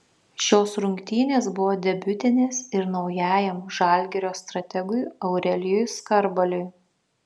šios rungtynės buvo debiutinės ir naujajam žalgirio strategui aurelijui skarbaliui